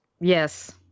Yes